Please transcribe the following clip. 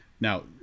now